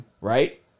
right